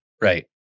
right